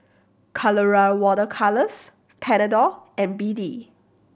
Colora Water Colours Panadol and B D